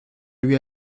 lui